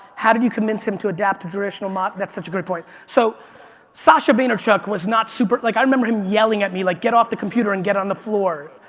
how did you convince him to adapt to traditional mod, that's such a good point. so sasha vaynerchuk was not super, like i remember him yelling at me, like get off the computer and get on the floor.